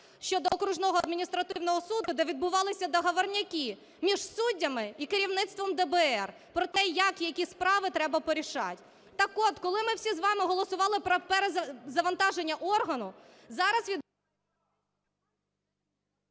щодо окружного адміністративно суду, де відбувалися договорняки між суддями і керівництвом ДБР про те, як і які справи треба порішати. Так от, коли ми всі з вами голосували про перезавантаження органу, зараз...